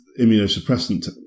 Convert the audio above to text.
immunosuppressant